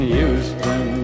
Houston